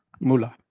Mula